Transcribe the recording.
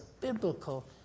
biblical